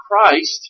Christ